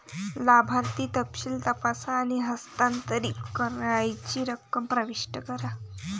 लाभार्थी तपशील तपासा आणि हस्तांतरित करावयाची रक्कम प्रविष्ट करा